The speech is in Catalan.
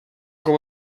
com